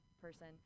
person